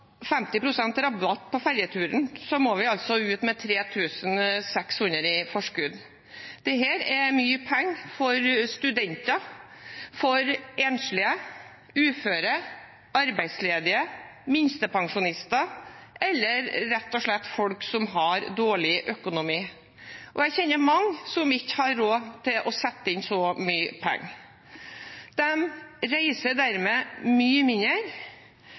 rabatt på ferjeturen må vi altså ut med 3 600 kr i forskudd. Dette er mye penger for studenter, enslige, uføre, arbeidsledige og minstepensjonister, eller rett og slett folk som har dårlig økonomi. Jeg kjenner mange som ikke har råd til å sette inn så mye penger. De reiser dermed mye mindre,